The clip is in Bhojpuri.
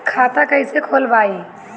खाता कईसे खोलबाइ?